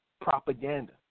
propaganda